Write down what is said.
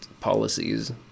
policies